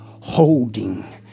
holding